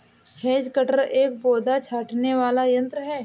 has cutter एक पौधा छाँटने वाला यन्त्र है